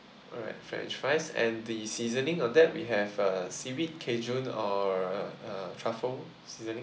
alright french fries and the seasoning on that we have uh seaweed cajun or uh truffle seasoning